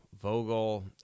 Vogel